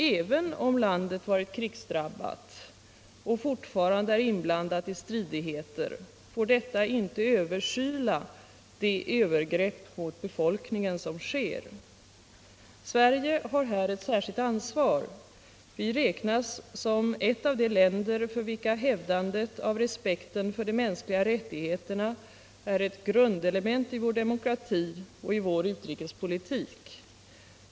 Även om landet varit krigsdrabbat och fortfarande är Torsdagen den inblandat i stridigheter får detta inte överskyla de övergrepp mot befolk 2 februari 1978 ningen som sker. Vårt land har här ett särskilt ansvar. Sverige räknas som ett av de länder där hävdandet av respekten för de mänskliga rättigheterna är ett grundelement i demokratin och i utrikespolitiken.